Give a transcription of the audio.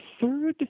third